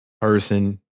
person